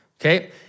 okay